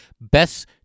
best